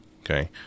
okay